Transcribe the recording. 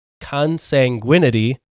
consanguinity